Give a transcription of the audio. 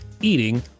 eating